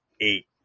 eight